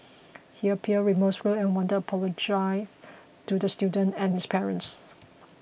he appeared remorseful and wanted to apologise to the student and his parents